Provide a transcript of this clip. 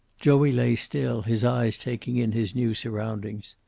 joey lay still, his eyes taking in his new surroundings.